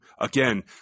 again